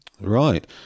Right